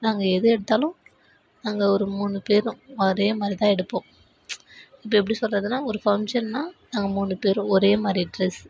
நாங்கள் எது எடுத்தாலும் நாங்கள் ஒரு மூணு பேரும் ஒரே மாதிரி தான் எடுப்போம் இப்போ எப்படி சொல்கிறதுன்னா ஒரு ஃபங்க்ஷன்னால் நாங்கள் மூணு பேரும் ஒரே மாதிரி ட்ரெஸ்